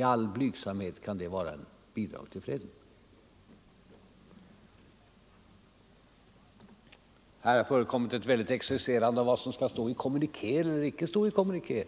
I all blygsamhet kan det vara ett bidrag till — Ang. läget i freden. Mellersta Östern, Här har förekommit ett väldigt exercerande av vad som skall stå eller m.m. icke stå i en kommuniké.